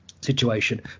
situation